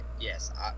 yes